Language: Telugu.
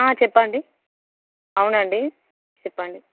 చెప్పండి అవునండి చెప్పండి